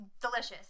delicious